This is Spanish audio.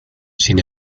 sin